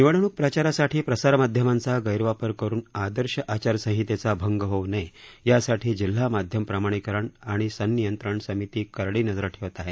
निवडणुक प्रचारासाठी प्रसार माध्यमांचा गैरवापर करुन आदर्श आचार संहितेचा भंग होऊ नये यासाठी जिल्हा माध्यम प्रमाणीकरण आणि संनियंत्रण समिती करडी नजर ठेवत आहे